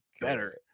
better